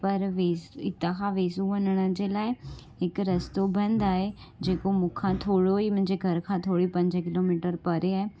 पर वेस हितां खां वेसू वञण जे लाइ हिकु रस्तो बंदि आहे जेको मूंखां थोरो ई मुंहिंजे घर खां थोरी पंज किलोमीटर परे आहे